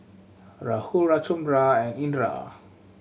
Rahul Ramchundra and Indira